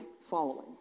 following